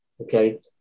Okay